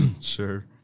sure